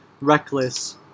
reckless